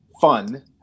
fun